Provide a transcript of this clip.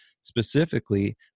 specifically